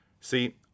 See